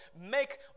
make